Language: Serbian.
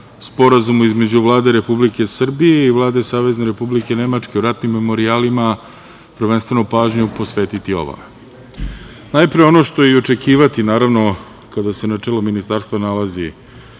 sporazumu između Vlade Republike Srbije i Vlade Savezne Republike Nemačke o ratnim memorijalima, prvenstveno pažnju posvetiti ovome. Najpre, ono što je i očekivati kada se na čelu ministarstva nalazi